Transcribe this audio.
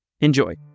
enjoy